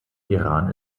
iran